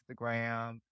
Instagram